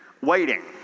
waiting